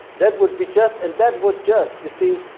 that would be just and that would just you see,